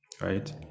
right